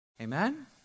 Amen